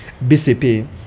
BCP